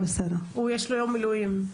יש לו יום מילואים.